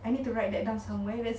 I need to write that's